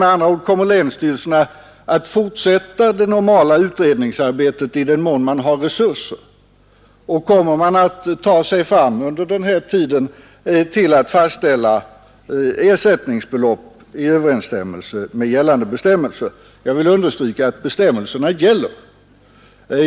Med andra ord, kommer länsstyrelserna att fortsätta det normala utredningsarbetet i den mån man har resurser, och kommer man under denna tid att fastställa ersättningsbelopp i enlighet med gällande bestämmelser? Jag vill understryka att bestämmelserna gäller.